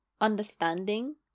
understanding